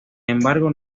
embargo